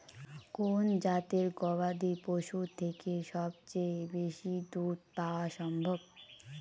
কোন জাতের গবাদী পশু থেকে সবচেয়ে বেশি দুধ পাওয়া সম্ভব?